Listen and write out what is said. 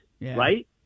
Right